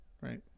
right